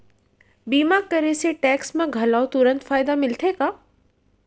बीमा करे से टेक्स मा घलव तुरंत फायदा मिलथे का?